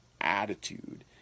attitude